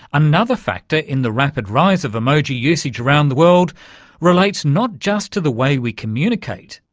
another factor in the rapid rise of emoji usage around the world relates not just to the way we communicate,